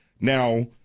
Now